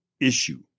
issue